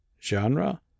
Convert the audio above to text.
genre